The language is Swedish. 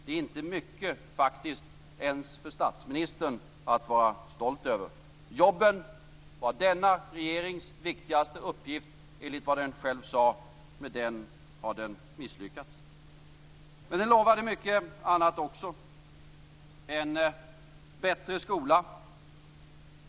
Det är faktiskt inte mycket, inte ens för statsministern, att vara stolt över. Jobben var denna regerings viktigaste uppgift, enligt vad den själv sade. Med denna har den misslyckats. Men den lovade mycket annat också, t.ex. en bättre skola.